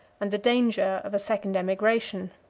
and the danger of a second emigration.